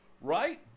Right